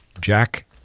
Jack